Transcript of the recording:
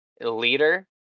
leader